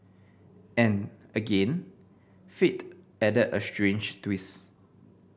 and again fate added a strange twist